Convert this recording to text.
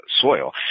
soil